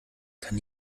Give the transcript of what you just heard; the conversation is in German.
kann